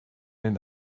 den